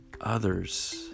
others